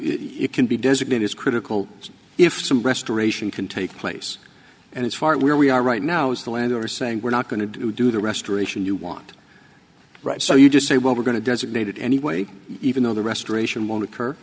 you can be designate is critical if some restoration can take place and it's far where we are right now is the landowner saying we're not going to do the restoration you want right so you just say well we're going to designate it anyway even though the restoration won't occur